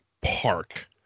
park